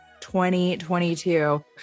2022